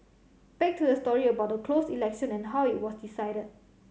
back to the story about the closed election and how it was decided